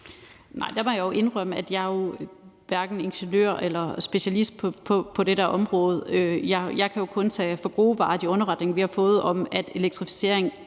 Nej, der må jeg jo indrømme, at jeg hverken er ingeniør eller specialist på det område. Jeg kan jo kun tage de underretninger, vi har fået, om, at elektrificering